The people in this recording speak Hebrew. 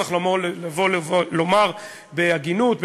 צריך לבוא ולומר בהגינות,